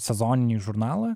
sezoninį žurnalą